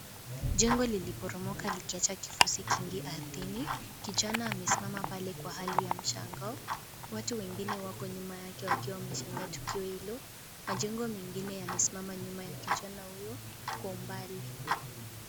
Jengo liliporomoka likiacha kifushi kingi ardhini, kijana amesimama pale kwa hali ya mshangao, watu wengine wako nyuma yake wakiwa wameshangaa tukio hilo. Majengo mengine yamesimama nyuma ya kijana huyo kwa umbali.